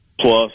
plus